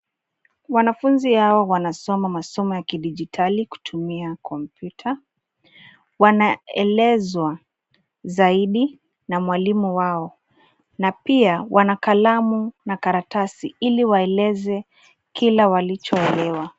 Wanafunzi hawa wanasoma masomo ya kidijitali kutumia kompyuta. Wanaelezwa zaidi na mwalimu wao na pia wana kalamu na karatasi ili waeleze kila walichoelewa.